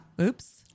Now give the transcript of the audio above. Oops